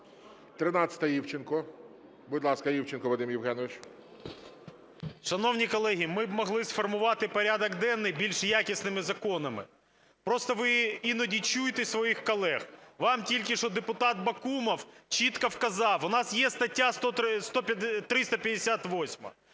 13-а, Івченко. Будь ласка, Івченко Вадим Євгенович. 14:00:24 ІВЧЕНКО В.Є. Шановні колеги, ми б могли сформувати порядок денний більш якісними законами. Просто ви іноді чуйте своїх колег. Вам тільки що депутат Бакумов чітко вказав, у нас є стаття 358.